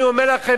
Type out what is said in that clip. אני אומר לכם,